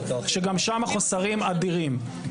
שגם שם החוסרים אדירים.